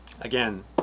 Again